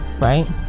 right